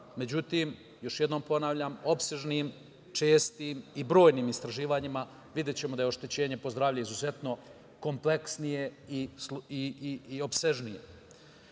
međutim, još jednom ponavljam, opsežnim, čestim i brojnim istraživanjima videćemo da je oštećenje po zdravlje izuzetno kompleksnije i opsežnije. Naravno,